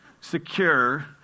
secure